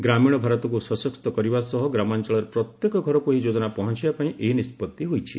ଗ୍ରାମୀଣ ଭାରତକୁ ସଶକ୍ତ କରିବା ସହ ଗ୍ରାମାଞ୍ଚଳରେ ପ୍ରତ୍ୟେକ ଘରକୁ ଏହି ଯୋଜନା ପହଞ୍ଚାଇବାପାଇଁ ଏହି ନିଷ୍ପଭି ହୋଇଛି